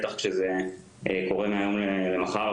בטח כשזה קורה מהיום למחר.